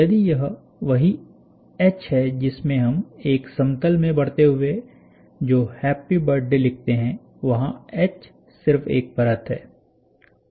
यदि यह वही एच है जिसमें हम एक समतल में बढ़ते हुए जो हैप्पी बर्थडे लिखते हैंवहां एच सिर्फ एक परत है